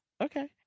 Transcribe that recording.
Okay